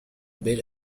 bit